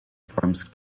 forms